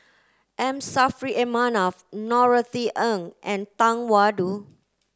M Saffri A Manaf Norothy Ng and Tang Da Wu